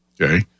Okay